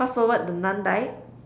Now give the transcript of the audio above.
fast forward the Nun died